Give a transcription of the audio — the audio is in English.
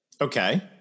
Okay